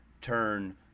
turn